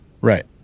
Right